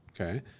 okay